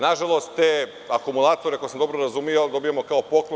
Na žalost, te akumulatore ako sam dobro razumeo, dobijamo kao poklon.